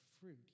fruit